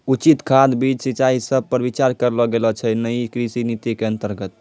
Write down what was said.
उचित खाद, बीज, सिंचाई सब पर विचार करलो गेलो छै नयी कृषि नीति के अन्तर्गत